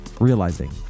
realizing